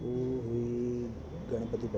उहा हुई गणपति बप्पा जी